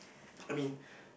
I mean